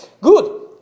good